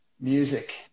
Music